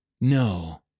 No